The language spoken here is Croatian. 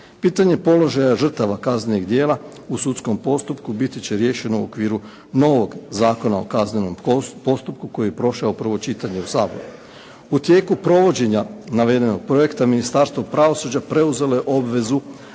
Pitanje položaja žrtava kaznenih djela u sudskom postupku biti će riješeno u okviru novog Zakona o kaznenom postupku koji je prošao prvo čitanje u Saboru. U tijeku provođenja navedenog projekta Ministarstvo pravosuđa preuzelo je obvezu